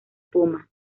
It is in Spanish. puma